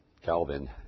Calvin